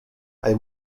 hay